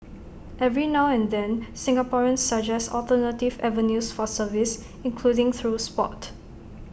every now and then Singaporeans suggest alternative avenues for service including through Sport